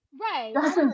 Right